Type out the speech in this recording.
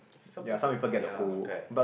some people ya correct